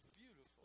beautiful